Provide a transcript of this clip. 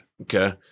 Okay